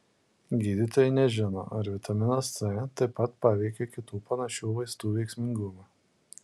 gydytojai nežino ar vitaminas c taip pat paveikia kitų panašių vaistų veiksmingumą